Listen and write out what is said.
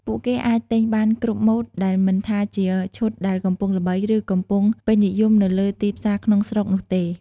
ពួកគេអាចទិញបានគ្រប់ម៉ូដដែលមិនថាជាឈុតដែលកំពុងល្បី ឬកំពុងពេញនិយមនៅលើទីផ្សារក្នុងស្រុកនោះទេ។